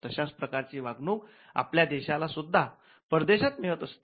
तश्याच प्रकारची वागणूक आपल्या देशाला सुद्धा परदेशात मिळत असते